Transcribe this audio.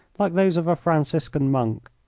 like those of a franciscan monk,